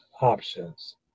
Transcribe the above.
options